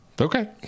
Okay